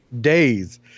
days